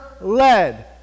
led